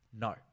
No